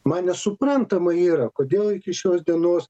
man nesuprantama yra kodėl iki šios dienos